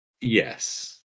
Yes